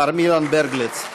מר מִילָאן בֶּרְגלֵץ.